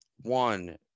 one